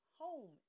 home